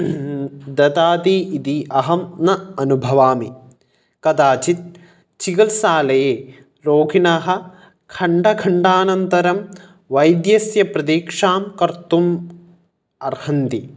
ददाति इदि अहं न अनुभवामि कदाचित् चिकित्सालये रोगिणः खण्डखण्डानन्तरं वैद्यस्य प्रतिक्षां कर्तुम् अर्हन्ति